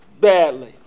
badly